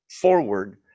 forward